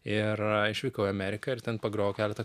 ir išvykau į ameriką ir ten pagrojau keletą